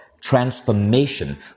transformation